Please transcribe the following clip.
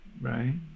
right